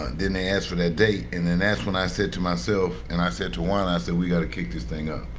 then they asked for that date. and then that's when i said to myself and i said to uwana i said, we got to kick this thing up.